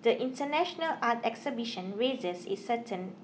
the international art exhibition raises its certain